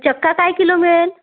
चक्का काय किलो मिळेल